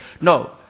No